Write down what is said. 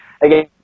again